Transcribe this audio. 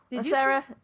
Sarah